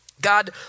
God